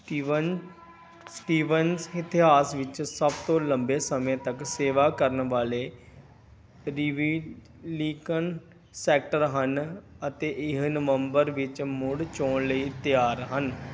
Steven Stevens ਇਤਿਹਾਸ ਵਿੱਚ ਸਭ ਤੋਂ ਲੰਬੇ ਸਮੇਂ ਤੱਕ ਸੇਵਾ ਕਰਨ ਵਾਲੇ ਰਿਬੀਲੀਕਨ ਸੈਨੇਟਰ ਹਨ ਅਤੇ ਇਸ ਨਵੰਬਰ ਵਿੱਚ ਮੁੜ ਚੋਣ ਲਈ ਤਿਆਰ ਹਨ